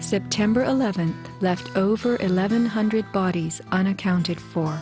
september eleventh left over eleven hundred bodies unaccounted for